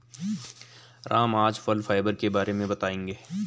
राम आज फल फाइबर के बारे में बताएँगे